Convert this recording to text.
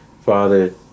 Father